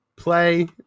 Play